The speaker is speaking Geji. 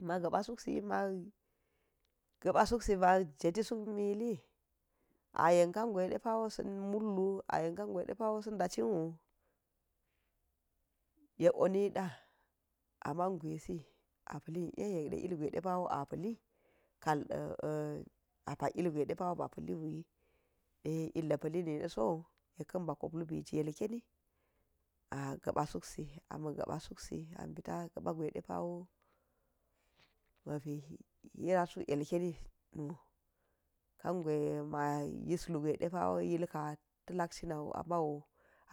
Ma̱ gapa̱ suksi ma̱ ma̱ jetti suk mili ayen ka̱ngwa̱i ɗea̱ sa̱mullu ayen ka̱ngwa̱i ɗepa̱ sa ɗa̱cinwu, yekwo niɗa̱ ama̱n swisi, apa̱li iye, yekde ilgwai depa̱wo apa̱li ka̱lɗe apa̱k ilgwai ɗepa̱wo ba palliwu, ɗe illa̱ niɗa so yekka̱n ba̱ kop lubi ji yelkeni a sa̱pa̱ suksi amma ga̱pa̱ suksi ama̱ pa̱la̱ ga̱pa̱ gwai ɗepa̱wo ma̱pi ma̱ yis lugwa̱i ɗepa̱ wa̱i ilka̱ ta̱la̱k cina̱uwu ama̱u